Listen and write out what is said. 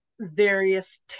various